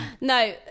No